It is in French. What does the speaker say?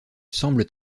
semblent